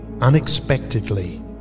unexpectedly